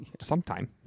Sometime